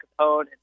Capone